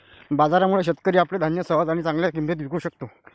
बाजारामुळे, शेतकरी आपले धान्य सहज आणि चांगल्या किंमतीत विकू शकतो